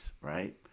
right